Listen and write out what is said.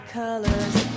colors